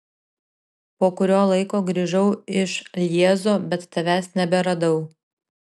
po kurio laiko grįžau iš lježo bet tavęs neberadau